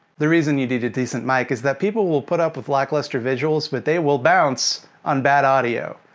the reason you need a decent mic, is that people will put up with lackluster visuals, but they will bounce on bad audio.